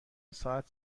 ساعت